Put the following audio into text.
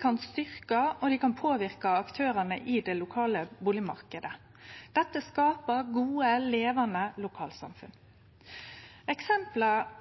kan styrkje og påverke aktørane i den lokale bustadmarknaden. Dette skaper gode, levande lokalsamfunn. Eksempel